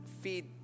feed